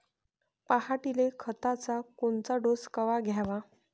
पऱ्हाटीले खताचा कोनचा डोस कवा द्याव?